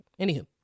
Anywho